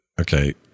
okay